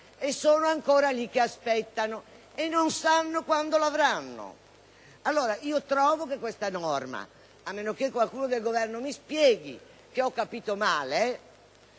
sono ancora lì che aspettano e non sanno quando l'avranno. Trovo che questa norma - a meno che qualcuno del Governo mi spieghi che ho capito male